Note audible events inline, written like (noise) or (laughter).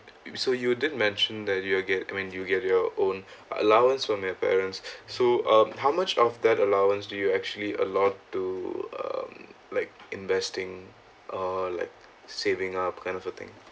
you so you did mention that you'll get when you get your own allowance from your parents (breath) so um how much of that allowance do you actually allowed to um like investing uh like saving up that kind of thing